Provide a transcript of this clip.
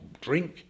drink